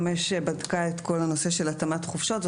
שבדקה את כל נושא התאמת חופשות ב-2005,